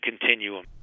continuum